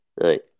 right